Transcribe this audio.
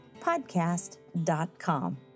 podcast.com